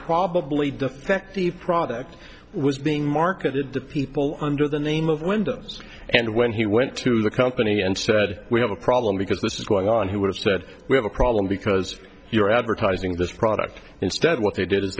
probably defective product was being marketed to people under the name of windows and when he went to the company and said we have a problem because this is going on he would have said we have a problem because you're advertising this product instead what they did is